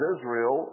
Israel